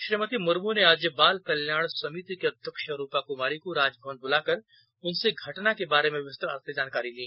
श्रीमती मुर्म ने आज बाल कल्याण समिति की अध्यक्ष रूपा कुमारी को राजभवन बुलाकर उनसे घटना के बारे में विस्तार से जानकारी ली